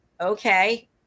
okay